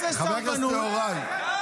לא להאמין.